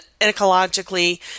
ecologically